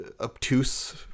obtuse